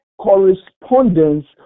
correspondence